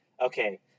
okay